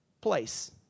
place